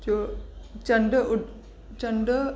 जो चंॾु चंॾु